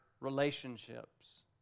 relationships